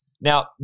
Now